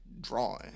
drawing